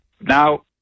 now